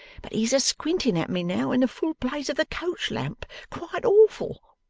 but he's a squinting at me now in the full blaze of the coach-lamp, quite awful